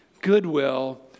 goodwill